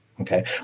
Okay